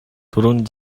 дөрвөн